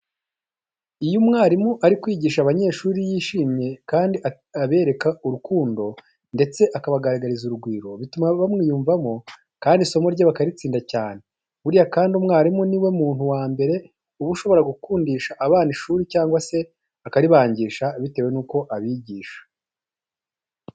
Iyo umwarimu ari kwigisha abanyeshuri yishimye kandi abereka urukundo ndetse akabagaragariza urugwiro, bituma bamwiyumvamo kandi isomo rye bakaritsinda cyane. Buriya kandi, umwarimu ni we muntu wa mbere uba ushobora gukundisha abana ishuri cyangwa se akaribangisha bitewe nuko abigisha.